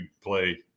play